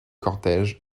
cortège